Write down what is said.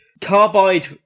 Carbide